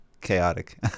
chaotic